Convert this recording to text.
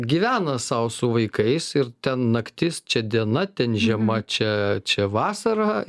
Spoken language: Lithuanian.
gyvena sau su vaikais ir ten naktis čia diena ten žiema čia čia vasara